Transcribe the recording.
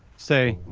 say,